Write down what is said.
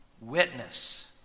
Witness